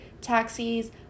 taxis